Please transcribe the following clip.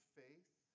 faith